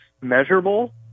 measurable